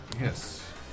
Yes